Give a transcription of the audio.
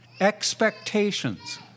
expectations